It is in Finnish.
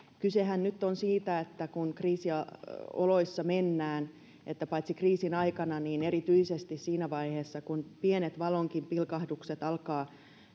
kysehän nyt on siitä että kun kriisioloissa mennään niin paitsi kriisin aikana mutta erityisesti siinä vaiheessa kun pienetkin valonpilkahdukset alkavat